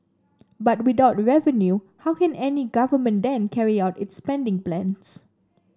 but without revenue how can any government then carry out its spending plans